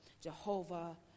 Jehovah